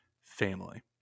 family